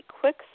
quick